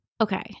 Okay